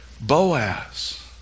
Boaz